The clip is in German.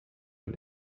und